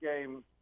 game –